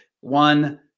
one